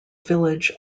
village